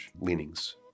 leanings